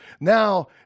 Now